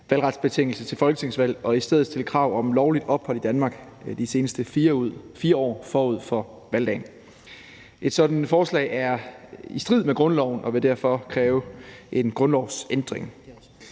valgretsbetingelse til folketingsvalg og i stedet stille krav om lovligt ophold i Danmark de seneste 4 år forud for valgdagen. Et sådan forslag er i strid med grundloven og vil derfor kræve en grundlovsændring.